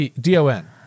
D-O-N